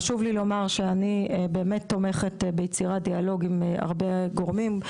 חשוב לי לומר שאני באמת תומכת ביצירת דיאלוג עם הרבה גורמים,